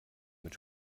mit